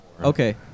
Okay